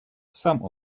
some